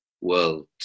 world